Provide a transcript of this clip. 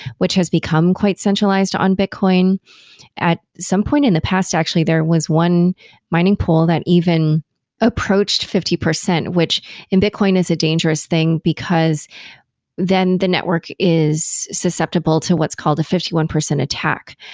which has become quite centralized on bitcoin at some point in the past actually, there was one mining pole that even approached fifty percent, which in bitcoin is a dangerous thing, because then the network is susceptible to what's called a fifty one percent attack.